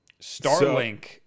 Starlink